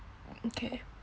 okay